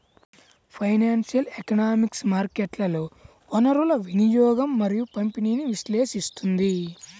financial economics మార్కెట్లలో వనరుల వినియోగం మరియు పంపిణీని విశ్లేషిస్తుంది